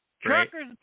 Truckers